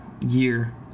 year